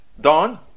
Don